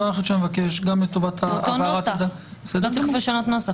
לא צריך לשנות נוסח.